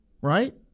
right